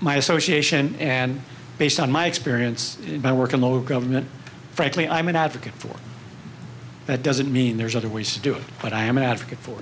my association and based on my experience in my work in the government frankly i'm an advocate for that doesn't mean there's other ways to do it but i am an advocate for